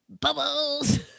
Bubbles